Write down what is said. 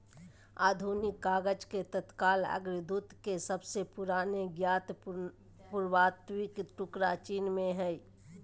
आधुनिक कागज के तत्काल अग्रदूत के सबसे पुराने ज्ञात पुरातात्विक टुकड़ा चीन में हइ